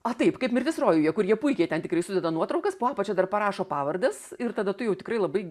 a taip kaip mirtis rojuje kur jie puikiai ten tikrai sudeda nuotraukas po apačia dar parašo pavardes ir tada tu jau tikrai labai